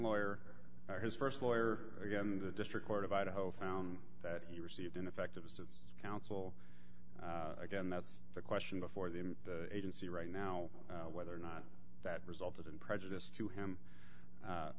lawyer his st lawyer again the district court of idaho found that he received ineffectiveness of counsel again that's the question before the agency right now whether or not that resulted in prejudice to him